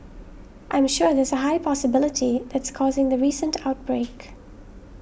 I'm sure there's a high possibility that's causing the recent outbreak